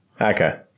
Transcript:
Okay